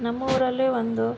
ನಮ್ಮೂರಲ್ಲೇ ಒಂದು